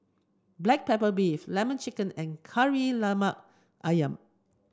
black pepper beef lemon chicken and Kari Lemak Ayam